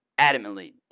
adamantly